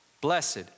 blessed